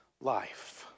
life